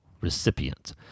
recipient